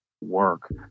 work